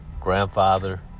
grandfather